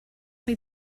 wnei